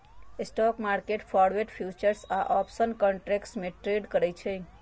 stock market forward, futures या option contracts में trade करई छई